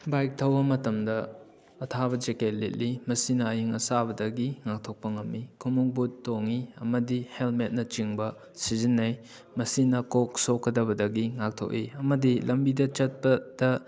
bike ꯊꯧꯕ ꯃꯇꯝꯗ ꯑꯊꯥꯕ ꯖꯦꯛꯀꯦꯠ ꯂꯤꯠꯂꯤ ꯃꯁꯤꯅ ꯑꯏꯪ ꯑꯁꯥꯕꯗꯒꯤ ꯉꯥꯛꯊꯣꯛꯄ ꯉꯝꯏ ꯈꯣꯡꯒꯨꯞ ꯕꯨꯠ ꯇꯣꯡꯏ ꯑꯃꯗꯤ ꯍꯦꯜꯃꯦꯠꯅ ꯆꯤꯡꯕ ꯁꯤꯖꯤꯟꯅꯩ ꯃꯁꯤꯅ ꯀꯣꯛ ꯁꯣꯛꯀꯗꯕꯗꯒꯤ ꯉꯥꯛꯊꯣꯛꯏ ꯑꯃꯗꯤ ꯂꯝꯕꯤꯗ ꯆꯠꯄꯗ